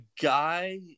guy